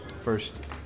first